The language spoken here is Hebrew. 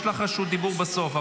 יש לך רשות דיבור בסוף.